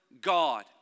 God